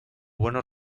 buenos